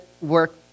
work